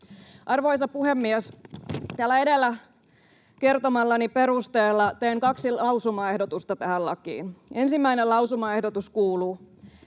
Arvoisa puhemies! Täällä edellä kertomani perusteella teen kaksi lausumaehdotusta tähän lakiin. Ensimmäinen lausumaehdotus kuuluu: